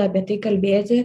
apie tai kalbėti